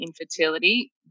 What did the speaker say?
infertility